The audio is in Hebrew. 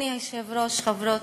אדוני היושב-ראש, חברות